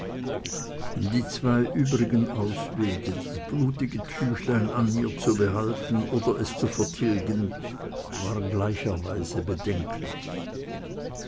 die zwei übrigen auswege das blutige tüchlein an mir zu behalten oder es zu vertilgen waren gleicherweise bedenklich